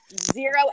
zero